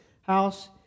house